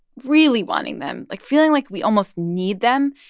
really wanting them, like, feeling like we almost need them,